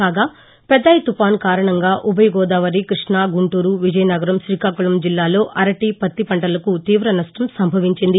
కాగా పెథాయ్ తుపాన్ కారణంగా ఉభయగోదావరి కృష్ణ గుంటూరు విజయనగరం శ్రీకాకుళం జిల్లాల్లో అరటి పత్తి పంటలకు తీవ నష్టం సంభవించింది